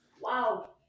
Wow